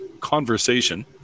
Conversation